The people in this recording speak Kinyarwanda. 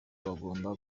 bagomba